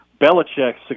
Belichick's